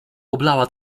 oblała